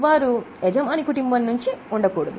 వారు యజమాని కుటుంబం నుండి ఉండకూడదు